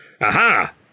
Aha